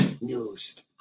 news